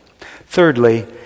Thirdly